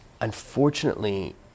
Unfortunately